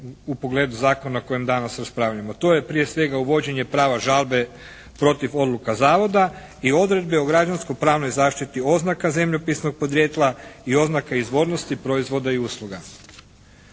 u pogledu zakona o kojem danas raspravljamo. To je prije svega uvođenje prava žalbe protiv odluka zavoda i odredbe o građansko-pravnoj zaštiti oznaka zemljopisnog podrijetla i oznaka izvornosti proizvoda i usluga.